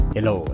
Hello